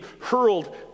hurled